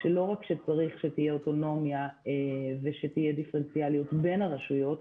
שלא רק שצריך שתהיה אוטונומיה ושתהיה דיפרנציאליות בין הרשויות,